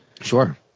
Sure